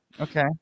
Okay